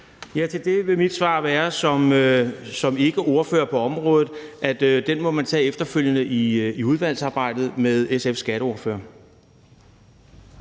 Til det vil mit svar som ikkeordfører på området være, at den må man tage efterfølgende i udvalgsarbejdet med SF's skatteordfører.